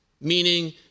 meaning